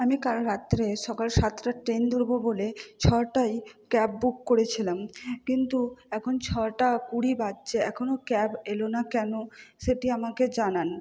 আমি কাল রাত্রে সকাল সাতটার ট্রেন ধরবো বলে ছটায় ক্যাব বুক করেছিলাম কিন্তু এখন ছটা কুড়ি বাজছে এখনো ক্যাব এল না কেনো সেটি আমাকে জানান